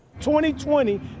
2020